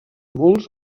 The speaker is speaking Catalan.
molts